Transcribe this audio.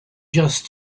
just